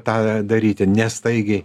tą daryti ne staigiai